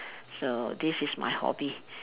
so this is my hobby